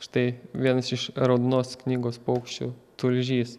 štai vienas iš raudonos knygos paukščių tulžys